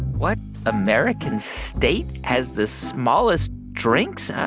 what american state has the smallest drinks?